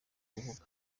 kuvuga